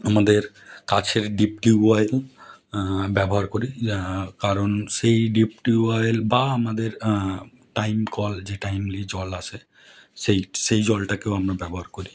আমাদের কাছে deep tubewell ব্যবহার করি কারণ সেই ডিপ টিউবওয়েল বা আমাদের টাইম কল যে টাইমলি জল আসে সেই সেই জলটাকেও আমরা ব্যবহার করি